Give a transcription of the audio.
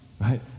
right